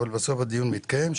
אבל בסוף הדיון מתקיים.